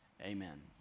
Amen